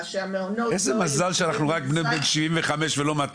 --- איזה מזל שאנחנו רק בני 75 ולא 200